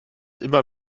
immer